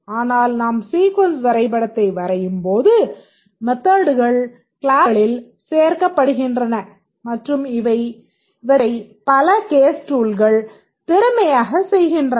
ஆனால் நாம் சீக்வென்ஸ் வரைபடத்தை வரையும்போது மெத்தட்கள் க்ளாஸ்களில் சேர்க்கப்படுகின்றன மற்றும் இவற்றை பல கேஸ் டூல்கள் திறமையாக செய்கின்றன